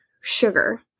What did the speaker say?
sugar